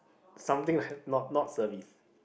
something like not not service